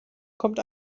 kommt